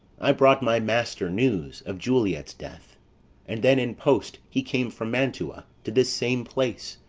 i brought my master news of juliet's death and then in post he came from mantua to this same place,